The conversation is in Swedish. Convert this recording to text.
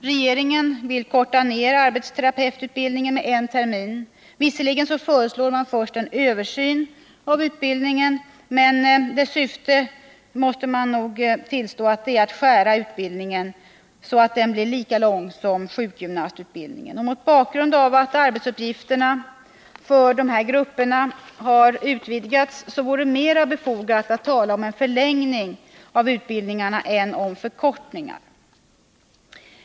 Regeringen vill emellertid skära ner arbetsterapeututbildningen med en termin. Visserligen föreslår regeringen att en översyn av utbildningen först skall ske, men dess syfte måsté sägas Vara att skära ner utbildningen så att den blir lika lång som sjukgymnastutbildningen. Mot bakgrund av att arbetsuppgifterna för dessa grupper har utvidgats vore det mer befogat att tala om förlängning av utbildningarna än om förkortningar.